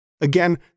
Again